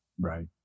Right